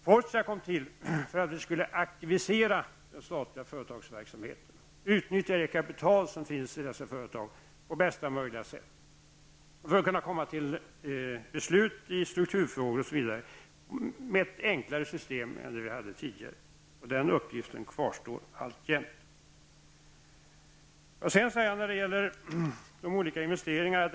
Fortia kom till för att vi skulle aktivera den statliga företagsverksamheten, utnyttja det kapital som finns i dessa företag på bästa möjliga sätt och med ett enklare system än det vi hade tidigare komma till beslut i strukturfrågor m.m. Den uppgiften kvarstår alltjämnt.